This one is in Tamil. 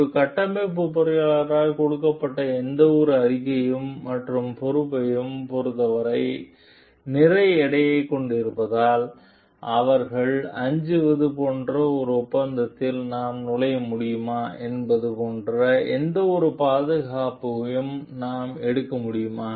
ஒரு கட்டமைப்பு பொறியாளரால் கொடுக்கப்பட்ட எந்தவொரு அறிக்கையும் மற்றும் பொறுப்பைப் பொறுத்தவரை நிறைய எடையைக் கொண்டிருப்பதால் அவர்கள் அஞ்சுவது போன்ற ஒரு ஒப்பந்தத்தில் நாம் நுழைய முடியுமா என்பது போன்ற எந்தவொரு பாதுகாப்பையும் நாம் எடுக்க முடியுமா